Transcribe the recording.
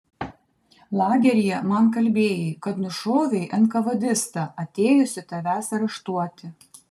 lageryje man kalbėjai kad nušovei enkavedistą atėjusį tavęs areštuoti